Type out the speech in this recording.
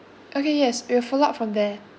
okay yes we'll follow up from there